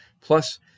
Plus